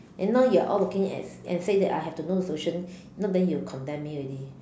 and now you're all looking and and say that I have to know the solution if not then you will condemn me already